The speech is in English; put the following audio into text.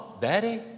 Daddy